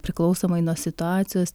priklausomai nuo situacijos